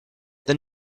than